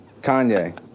Kanye